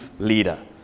leader